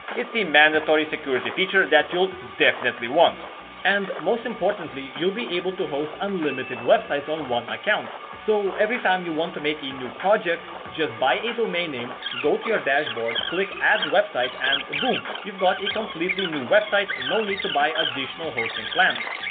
it's a mandatory security features that you'll definitely want and most importantly you'll be able to host unlimited websites on one account. so, every time you want to make a new project just buy a domain name go to your dashboard click add website and boom you've got a completely new website no need to buy additional hosting plans.